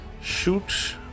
shoot